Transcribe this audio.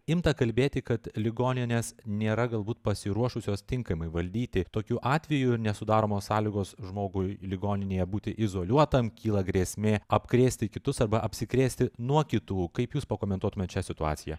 imta kalbėti kad ligoninės nėra galbūt pasiruošusios tinkamai valdyti tokiu atveju nesudaromos sąlygos žmogui ligoninėje būti izoliuotam kyla grėsmė apkrėsti kitus arba apsikrėsti nuo kitų kaip jūs pakomentuotumėt šią situaciją